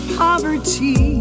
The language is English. poverty